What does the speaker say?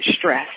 stress